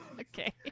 okay